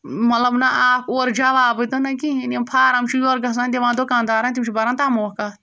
مطلب نہ آکھ اورٕ جَوابٕے تہٕ نہ کِہیٖنۍ یِم فارَم چھِ یورٕ گژھان دِوان دُکاندارَن تِم چھِ بَران تَموکھ اَتھ